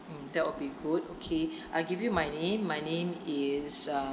mm that will be good okay I give you my name my name is uh